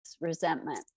resentment